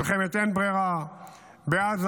מלחמת אין ברירה בעזה,